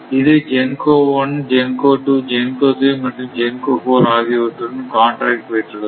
இது GENCO 1 GENCO 2 GENCO 3 மற்றும் GENCO 4 ஆகியவற்றுடன் கான்ட்ராக்ட் வைத்துள்ளது